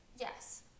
Yes